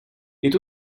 est